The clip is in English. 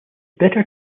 better